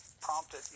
prompted